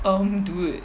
um dude